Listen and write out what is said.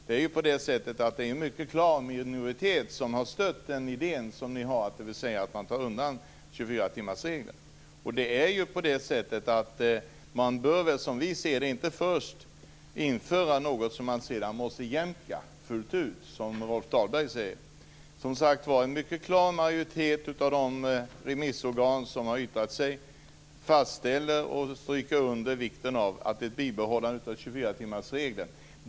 Men det är en klar minoritet som har stött er idé om att ta bort 24-timmarsregeln. Man bör nog inte, menar vi, först införa något för att sedan fullt ut behöva jämka, som Rolf Dahlberg säger. En mycket klar majoritet av de remissorgan som har yttrat sig fastställer, som sagt, och stryker under vikten av ett bibehållande av 24-timmarsregeln.